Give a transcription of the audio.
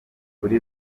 kuri